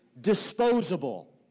disposable